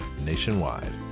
nationwide